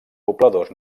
pobladors